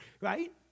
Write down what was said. right